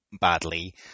badly